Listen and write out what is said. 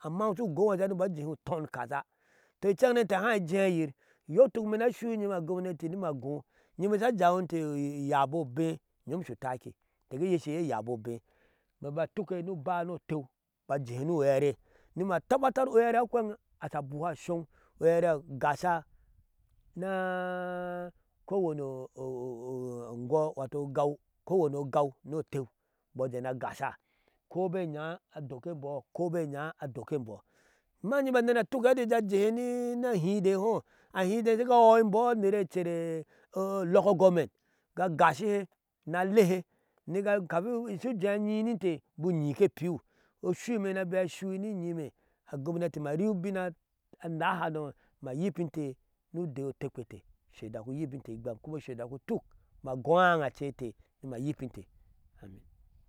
Amma shu ugɔno ɛti imbɔɔ a jeehee uturnkaza, tɔ inced inte haa ejɛɛyir iyɔɔ ituk imee ni ashui inyime agounati nima agɔ inyime sha jawintee uyabuu obee, inyom asho utaiki, inteke yasha iyee ɛti uyabuu obee, ma ba tukke ni ubaye ni otew ma jihe ni uɛre ni ma tabatar ahwen asha abuhu ashɔk, agasa kowano ungwa wato ogaw ni otew imbɔɔ ajee ni agasha. ko be nyaa adok eimbɔɔ ko be nyaa adok eimbɔɔ, amma inyime ja nɛnɛɛ tukke ni ahidei hɔɔ, ahidei shiga ahɔi eimbɔɔ aner ecer olocal government ni agashihe ni alehe niga kafin shu jee anyi ni inte bu nyi kepiu oshui imeshim bera ashui ni inyime agounati ma vii ubin anahanoi ma yipinte ni udee kuma ushe dak utuk ma gɔɔ ananna acee ete nima yikinte amin.